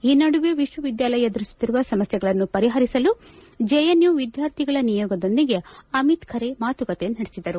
ಈ ನಡುವೆ ವಿಶ್ವವಿದ್ಯಾಲಯ ಎದುರಿಸುತ್ತಿರುವ ಸಮಸ್ಕೆಗಳನ್ನು ಪರಿಪರಿಸಲು ಜೆಎನ್ಯು ವಿದ್ಯಾರ್ಥಿಗಳ ನಿಯೋಗದೊಂದಿಗೆ ಅಮಿತ್ ಖರೆ ಮಾತುಕತೆ ನಡೆಸಿದರು